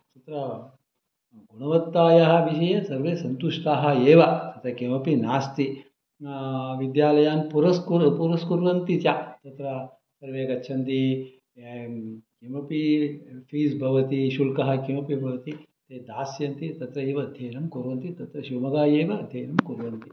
तत्र गुणवत्तायाः विषये सर्वे सन्तुष्टाः एव अत्र किमपि नास्ति विद्यालयान् पुरस्कुर्वन्ति च तत्र ये गच्छन्ती किमपि फ़ीस् भवति शुल्कः किमपि भवति ते दास्यन्ति तत्र एव अध्ययनं कुर्वन्ति तत् शिव्मोग्गा एव अध्ययनं कुर्वन्ति